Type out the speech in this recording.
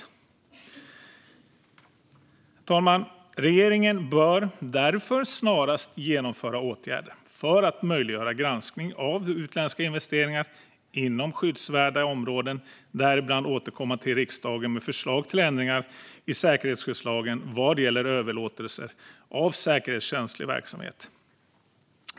Herr talman! Regeringen bör därför snarast genomföra åtgärder för att möjliggöra granskning av utländska investeringar inom skyddsvärda områden, däribland återkomma till riksdagen med förslag till ändringar i säkerhetsskyddslagen vad gäller överlåtelser av säkerhetskänslig verksamhet.